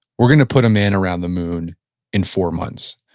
we're going to put a man around the moon in four months.